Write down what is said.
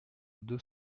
deux